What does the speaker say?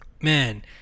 man